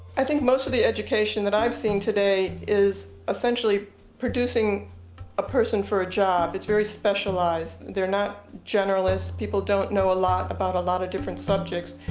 i think most of the education, that i've seen today, is essentially producing a person for a job. it's very specialized. they're not generalists. people don't know a lot about a lot of different subjects.